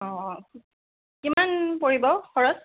অঁ অঁ কিমান পৰিব খৰছ